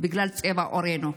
בגלל צבע עורנו.